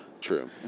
true